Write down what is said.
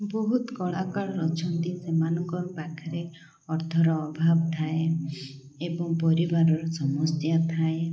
ବହୁତ କଳାକାର ଅଛନ୍ତି ସେମାନଙ୍କର ପାଖରେ ଅର୍ଥର ଅଭାବ ଥାଏ ଏବଂ ପରିବାରର ସମସ୍ୟା ଥାଏ